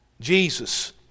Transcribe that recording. Jesus